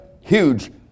huge